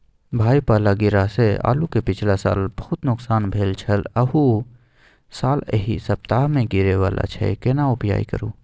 भाई पाला गिरा से आलू के पिछला साल बहुत नुकसान भेल छल अहू साल एहि सप्ताह में गिरे वाला छैय केना उपाय करू?